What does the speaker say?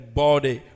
body